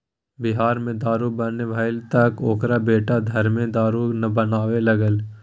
बिहार मे दारू बन्न भेलै तँ ओकर बेटा घरेमे दारू बनाबै लागलै